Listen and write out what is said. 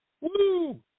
woo